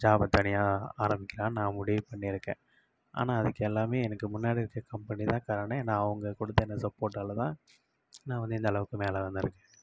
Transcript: ஜாபை தனியாக ஆரம்பிக்கலாம் நான் முடிவு பண்ணியிருக்கேன் ஆனால் அதுக்கு எல்லாம் எனக்கு முன்னாடி இருக்க கம்பெனி தான் காரணம் ஏன்னா அவங்க கொடுத்த இந்த சப்போர்ட்டால் தான் நான் வந்து இந்தளவுக்கு மேலே வந்திருக்கேன்